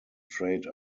trade